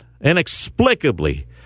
inexplicably